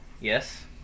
Yes